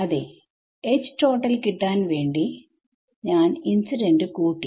അതെ H total കിട്ടാൻ വേണ്ടി ഞാൻ ഇൻസിഡന്റ് കൂട്ടി